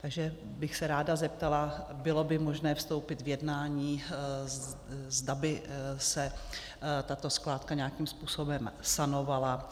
Takže bych se ráda zeptala: Bylo by možné vstoupit v jednání, zda by se tato skládka nějakým způsobem sanovala?